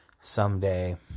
someday